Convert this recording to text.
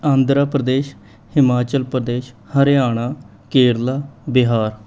Andhra Pradesh Himachal Pradesh Haryana Kerala Bihar